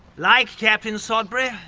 like captain sodbury,